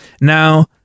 now